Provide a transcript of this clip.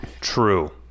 true